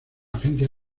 agencia